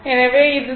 எனவே இது 34